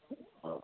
हजुर हजुर